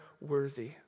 worthy